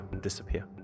disappear